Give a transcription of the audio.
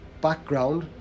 background